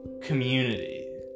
community